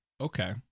okay